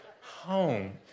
home